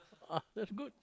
ah that's good